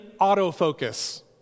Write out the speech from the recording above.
autofocus